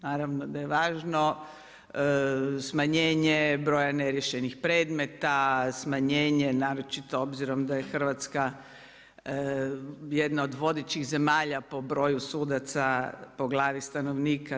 Naravno da je važno smanjenje broja neriješenih predmeta, smanjenje naročito obzirom da je Hrvatska jedna od vodećih zemalja po broju sudaca po glavi stanovnika.